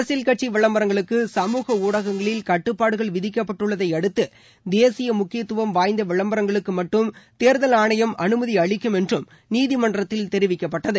அரசியல் கட்சி விளம்பரங்களுக்கு சமூக ஊடகங்களில் கட்டுப்பாடுகள் விதிக்கப்பட்டுள்ளதை அடுத்து தேசிய முக்கியத்துவம் வாய்ந்த விளம்பரங்களுக்கு மட்டும் தேர்தல் ஆணையம் அனுமதி அளிக்கும் என்றும் நீதிமன்றத்தில் தெரிவிக்கப்பட்டது